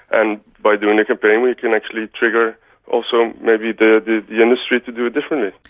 and by doing a campaign we can actually trigger also maybe the yeah industry to do it differently.